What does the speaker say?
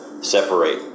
separate